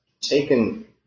taken